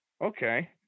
Okay